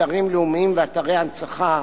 אתרים לאומיים ואתרי הנצחה,